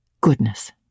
goodness